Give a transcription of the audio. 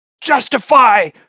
Justify